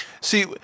See